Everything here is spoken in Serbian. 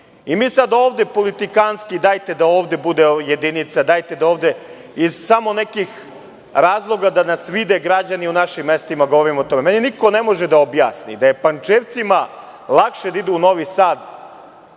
sada ovde politikanski – dajte da ovde bude jedinica, samo iz nekih razloga da nas vide građani u našim mestima da govorimo o tome. Meni niko ne može da objasni da je Pančevcima lakše da idu u Novi Sad